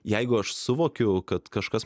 jeigu aš suvokiu kad kažkas